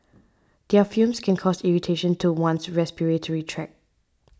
their fumes can cause irritation to one's respiratory tract